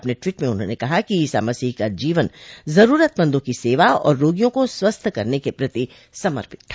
अपने ट्वीट में उन्होंने कहा कि ईसा मसीह का जीवन जरूरतमंदों की सेवा और रोगियों को स्वस्थ करने के प्रति समर्पित था